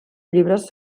llibres